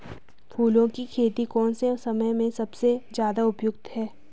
फूलों की खेती कौन से समय में सबसे ज़्यादा उपयुक्त है?